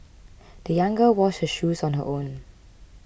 the young girl washed her shoes on her own